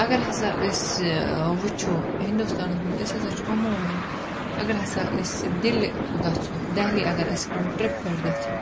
اَگَر ہَسا أسۍ وٕچھو ہِندُستانَس مَنٛز أسۍ ہَسا چھِ عموماً اَگَر ہَسا أسۍ دِلہِ گَژھو دہلی اَگَر أسۍ کُنہ ٹرپ پیٚٹھ گَژھو